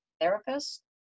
therapist